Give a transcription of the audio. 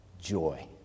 joy